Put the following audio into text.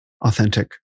authentic